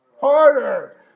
harder